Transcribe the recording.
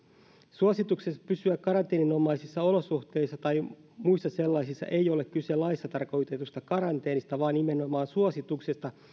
suosituksessa pysyä karanteenin omaisissa olosuhteissa tai muissa sellaisissa ei ole kyse laissa tarkoitetusta karanteenista vaan nimenomaan suosituksesta